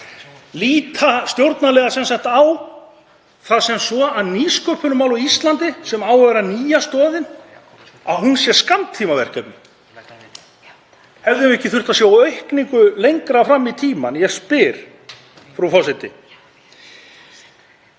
Líta stjórnarliðar sem sagt á það sem svo að nýsköpunarmál á Íslandi, sem á að vera nýja stoðin, sé skammtímaverkefni? Hefðum við ekki þurft að sjá aukningu lengra fram í tímann? Ég spyr, frú forseti.